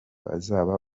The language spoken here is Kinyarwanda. azaba